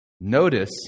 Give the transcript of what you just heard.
Notice